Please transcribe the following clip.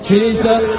Jesus